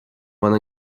wanna